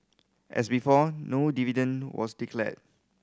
as before no dividend was declared